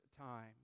time